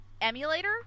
emulator